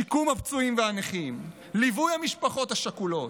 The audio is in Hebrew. שיקום הפצועים והנכים, ליווי המשפחות השכולות,